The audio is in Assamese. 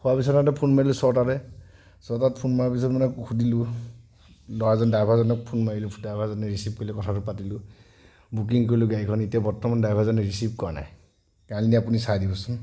শোৱা বিচনাতে ফোন মাৰিলোঁ ছটাতে ছটাত ফোন মৰাৰ পিছত মানে সুধিলোঁ ল'ৰাজনক ড্ৰাইভাৰজনক ফোন মাৰিলোঁ ড্ৰাইভাৰজনে ৰিচিভ কৰিলে কথাটো পাতিলোঁ বুকিং কৰিলোঁ গাড়ীখন এতিয়া বৰ্তমান ড্ৰাইভাৰজনে ৰিচিভ কৰা নাই কাইণ্ডলি আপুনি চাই দিবচোন